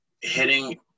Hitting